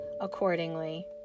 accordingly